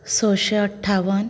सयशें अठ्ठावन